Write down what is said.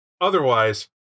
Otherwise